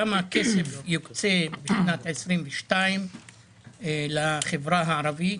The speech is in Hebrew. כמה כסף יוקצה בשנת 2022 לחברה הערבית,